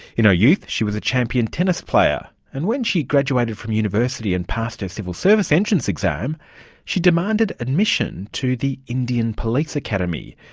you know youth she was a champion tennis player, and when she graduated from university and passed her civil service entrance exam she demanded admission to the indian police academy,